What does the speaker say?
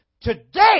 Today